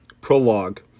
prologue